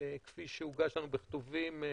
כפי שהוגש לנו בכתובים,